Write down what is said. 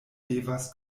devas